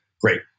great